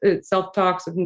self-talks